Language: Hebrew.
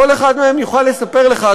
כל אחד מהם יוכל לספר לך,